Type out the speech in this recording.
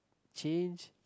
change